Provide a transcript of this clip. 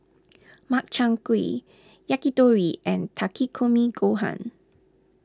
Makchang Gui Yakitori and Takikomi Gohan